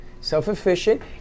self-efficient